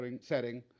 setting